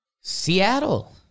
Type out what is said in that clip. Seattle